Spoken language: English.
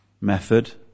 method